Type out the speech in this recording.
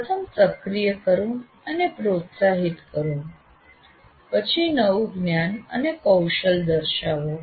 પ્રથમ સક્રિય કરો અને પ્રોત્સાહિત કરો પછી નવું જ્ઞાન અને કૌશલ દર્શાવો